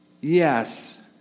Yes